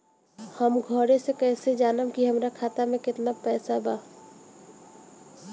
हम घरे से कैसे जानम की हमरा खाता मे केतना पैसा बा?